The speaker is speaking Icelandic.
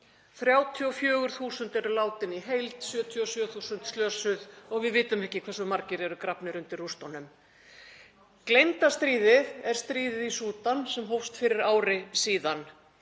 34.000 eru látin í heild, 77.000 slösuð og við vitum ekki hve margir eru grafnir undir rústunum. Gleymda stríðið er stríðið í Súdan sem hófst fyrir ári.